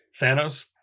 Thanos